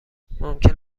ممکن